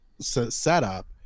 setup